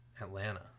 Atlanta